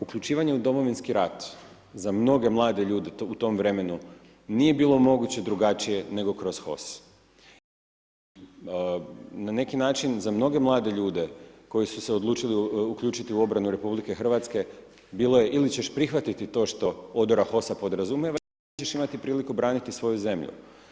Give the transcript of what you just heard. Uključivanje u Domovinski rat za mnoge mlade ljude u tom vremenu nije bilo moguće drugačije nego kroz HOS, i na neki način za mnoge mlade ljude koji su se odlučili uključiti u obranu Republike Hrvatske bilo je ili ćeš prihvatiti to što odora HOS-a podrazumijeva, ili nećeš imati priliku braniti svoju zemlju.